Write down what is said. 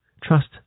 Trust